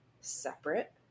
separate